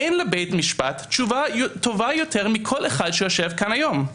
אין לבית המשפט תשובה טובה יותר מכל אחד שיושב כאן היום.